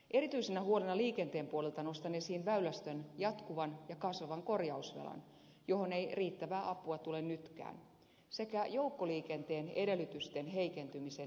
erityisenä huolena liikenteen puolelta nostan esiin väylästön jatkuvan ja kasvavan korjausvelan johon ei riittävää apua tule nytkään sekä joukkoliikenteen edellytysten heikentymisen edelleen